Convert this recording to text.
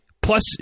Plus